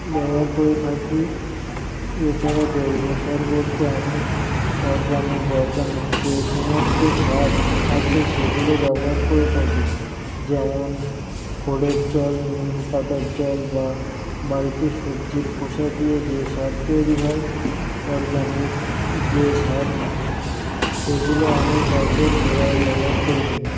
ব্যবহার করে থাকি এছাড়া জৈব সার বলতে আমি অর্গানিক অর্গানিক যে সমস্ত সার আছে সেগুলো ব্যবহার করে থাকি যেমন খোলের জল নিম পাতার জল বা বাড়িতে সবজির খোসা দিয়ে যে সার তৈরি হয় অর্গানিক যে সার সেগুলো আমি গাছের গোড়ায় ব্যবহার করে থাকি